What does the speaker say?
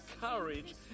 courage